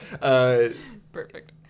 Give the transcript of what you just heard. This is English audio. Perfect